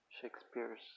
Shakespeare's